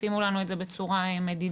שימו לנו את זה בצורה מדידה.